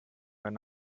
wenn